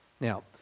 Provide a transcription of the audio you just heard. Now